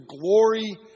glory